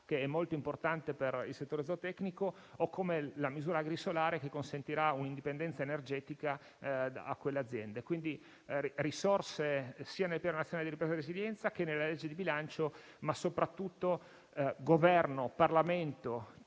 che è molto importante per il settore zootecnico, o come la misura agrisolare, che consentirà un'indipendenza energetica a quelle aziende. Quindi, ci sono risorse sia nel Piano nazionale di ripresa e resilienza che nella legge di bilancio, ma soprattutto il Governo, il Parlamento